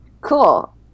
Cool